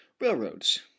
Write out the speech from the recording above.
Railroads